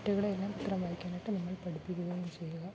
കുട്ടികളെയെല്ലാം പത്രം വായിക്കാനായിട്ട് നമ്മൾ പഠിപ്പിക്കുകയും ചെയ്യുക